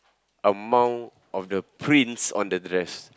amount of the prints on the dress